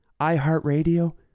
iHeartRadio